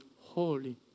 holy